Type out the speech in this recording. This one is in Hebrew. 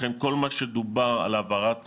לכן כל מה שדובר על העברת חיסונים,